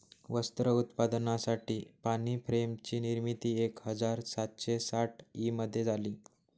वस्त्र उत्पादनासाठी पाणी फ्रेम ची निर्मिती एक हजार सातशे साठ ई मध्ये झाली